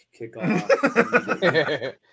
kickoff